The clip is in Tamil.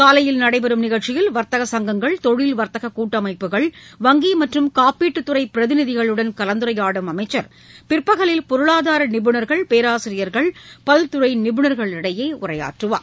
காலையில் நடைபெறும் நிகழ்ச்சியில் வர்த்தக சங்கங்கள் தொழில் வர்த்தக கூட்டமைப்புகள் வங்கி மற்றும் காப்பீட்டுத் துறை பிரதிநிதிகளுடன் கலந்துரையாடும் அமைச்சர் பிற்பகலில் பொருளாதார நிபுணர்கள் பேராசிரியர்கள் பல்துறை நிபுணர்களிடையே உரையாற்றுவார்